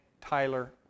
Tyler